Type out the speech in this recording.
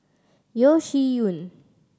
Yeo Shih Yun